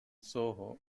soho